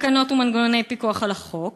תקנות ומנגנוני פיקוח על החוק,